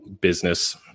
business